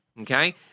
Okay